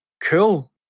Cool